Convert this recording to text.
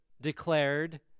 declared